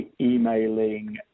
emailing